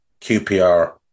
QPR